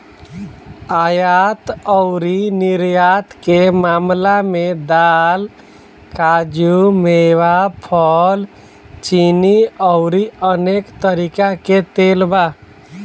आयात अउरी निर्यात के मामला में दाल, काजू, मेवा, फल, चीनी अउरी अनेक तरीका के तेल बा